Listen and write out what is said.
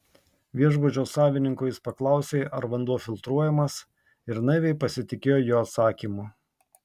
viešbučio savininko jis paklausė ar vanduo filtruojamas ir naiviai pasitikėjo jo atsakymu